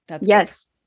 Yes